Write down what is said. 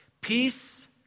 Peace